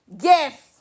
Yes